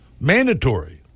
Mandatory